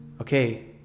okay